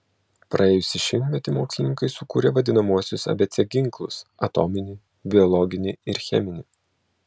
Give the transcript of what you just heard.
praėjusį šimtmetį mokslininkai sukūrė vadinamuosius abc ginklus atominį biologinį ir cheminį